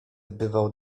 bywał